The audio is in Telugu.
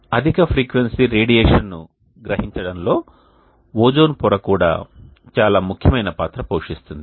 అధిక ఫ్రీక్వెన్సీ రేడియేషన్ను గ్రహించడంలో ఓజోన్ పొర కూడా చాలా ముఖ్యమైన పాత్ర పోషిస్తుంది